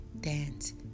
dance